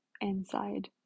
inside